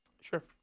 Sure